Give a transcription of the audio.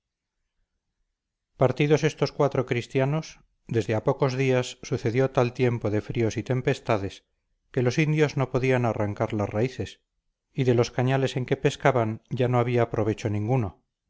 partidos estos cuatro cristianos desde a pocos días sucedió tal tiempo de fríos y tempestades que los indios no podían arrancar las raíces y de los cañales en que pescaban ya no había provecho ninguno